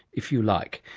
if you like,